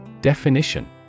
Definition